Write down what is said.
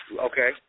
Okay